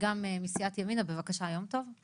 גם מסיעת ימינה, בבקשה יום טוב.